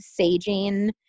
saging